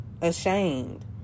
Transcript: ashamed